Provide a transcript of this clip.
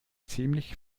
ziemlich